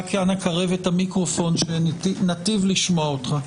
אנא קרב את המיקרופון כדי שניטיב לשמוע אותך.